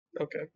Okay